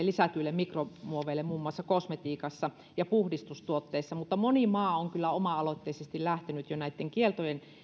lisätyille mikromuoveille muun muassa kosmetiikassa ja puhdistustuotteissa mutta moni maa on kyllä oma aloitteisesti lähtenyt jo näitten kieltojen